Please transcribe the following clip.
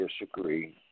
disagree